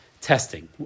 testing